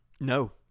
No